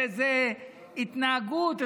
זו התנהגות,